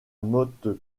motte